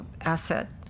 asset